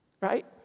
right